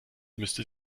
müsste